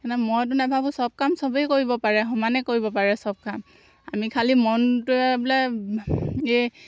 সেইকাৰণে মইতো নাভাবোঁ চব কাম চবেই কৰিব পাৰে সমানেই কৰিব পাৰে চব কাম আমি খালী মনটোৱে বোলে এই